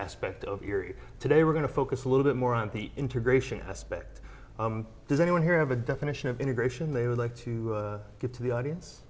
aspect of your today we're going to focus a little bit more on the integration aspect does anyone here have a definition of integration they would like to give to the audience